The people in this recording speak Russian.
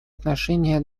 отношении